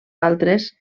altres